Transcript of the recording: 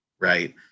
right